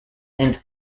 and